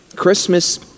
Christmas